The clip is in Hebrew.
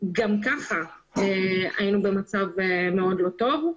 גם ככה היינו במצב מאוד לא טוב.